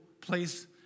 place